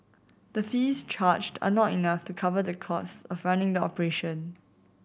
the fees charged are not enough to cover the cost of running the operation